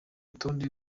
urutonde